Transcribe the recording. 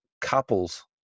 couples